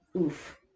Oof